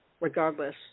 regardless